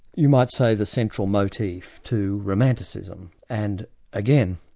you might say, the central motif to romanticism, and again,